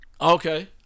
Okay